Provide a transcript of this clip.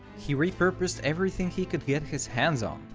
he repurposed everything he could get his hands on,